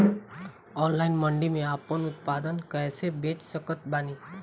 Online मंडी मे आपन उत्पादन कैसे बेच सकत बानी?